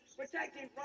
protecting